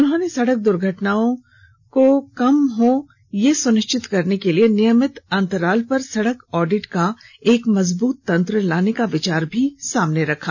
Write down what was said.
उन्होंने सड़क दुर्घटना कम हो यह सुनिश्चित करने के लिए नियमित अंतराल पर सडक ऑडिट का एक मजबृत तंत्र लाने का विचार भी सामने रखा